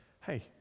Hey